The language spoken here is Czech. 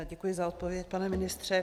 Děkuji za odpověď, pane ministře.